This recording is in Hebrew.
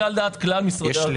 זה על דעת כלל המשרדים.